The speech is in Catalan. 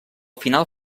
final